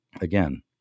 again